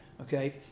Okay